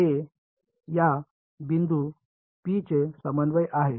हे या बिंदू पीचे समन्वयक आहे